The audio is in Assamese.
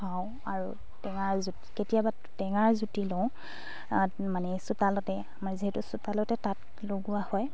খাওঁ আৰু কেতিয়াবা টেঙাৰ জুতি লওঁ মানে চোতালতে আমাৰ যিহেতু চোতালতে তাঁত লগোৱা হয়